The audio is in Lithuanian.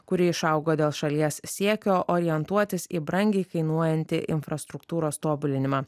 kuri išaugo dėl šalies siekio orientuotis į brangiai kainuojantį infrastruktūros tobulinimą